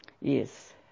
Yes